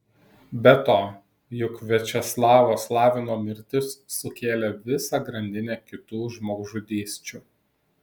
be to juk viačeslavo slavino mirtis sukėlė visą grandinę kitų žmogžudysčių